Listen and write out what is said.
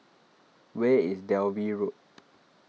where is Dalvey Road